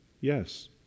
Yes